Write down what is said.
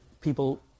people